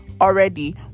already